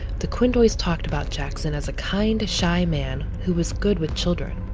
the quindoys talked about jackson as a kind, shy man who was good with children.